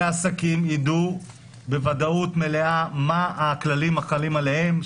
העסקים ידעו בוודאות מלאה מה הכללים החלים עליהם,